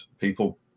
people